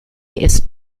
ist